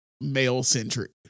male-centric